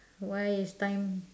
why if time